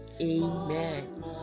amen